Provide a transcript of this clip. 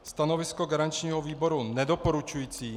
Stanovisko garančního výboru nedoporučující.